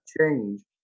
change